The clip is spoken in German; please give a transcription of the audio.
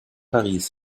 paris